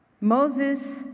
Moses